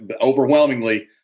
overwhelmingly